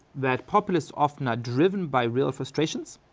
that populists often driven by real frustrations,